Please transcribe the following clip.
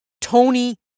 Tony